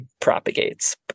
propagates